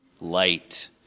light